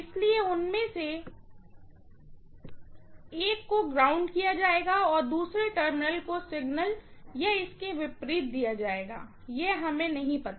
इसलिए उनमें से एक को ग्राउंड किया जाएगा और दूसरे टर्मिनल को सिग्नल या इसके विपरीत दिया जाएगा हमें नहीं पता